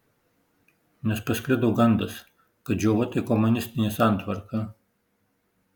nes pasklido gandas kad džiova tai komunistinė santvarka